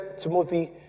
Timothy